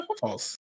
False